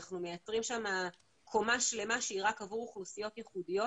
אנחנו מייצרים שם קומה שלמה שהיא רק עבור אוכלוסיות ייחודיות,